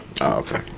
Okay